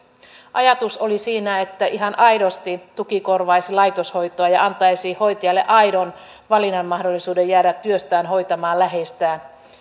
ajatus oli siinä että ihan aidosti tuki korvaisi laitoshoitoa ja antaisi hoitajalle aidon valinnanmahdollisuuden jäädä työstään hoitamaan läheistään